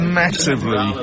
massively